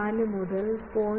4 മുതൽ 0